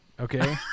okay